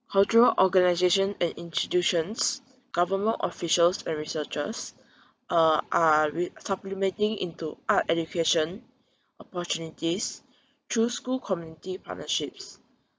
cultural organisations and institutions government officials and researchers uh are supplementing into art education opportunities through school community partnerships